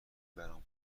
برام